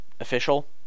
official